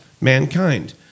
mankind